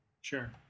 Sure